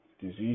disease